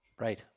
Right